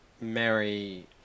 marry